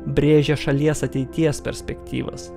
brėžia šalies ateities perspektyvas